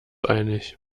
einig